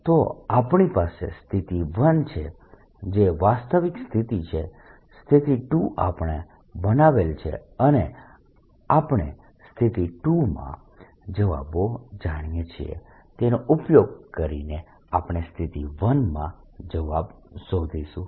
તો આપણી પાસે સ્થિતિ 1 છે જે વાસ્તવિક સ્થિતિ છે સ્થિતિ 2 આપણે બનાવેલ છે અને આપણે સ્થિતિ 2 માં જવાબો જાણીએ છીએ તેનો ઉપયોગ કરીને આપણે સ્થિતિ 1 માં જવાબ શોધીશું